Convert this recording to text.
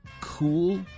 cool